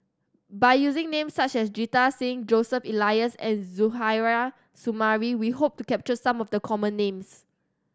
by using names such as Jita Singh Joseph Elias and Suzairhe Sumari we hope to capture some of the common names